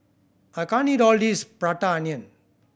I can't eat all this Prata Onion